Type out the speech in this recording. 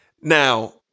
Now